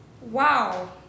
Wow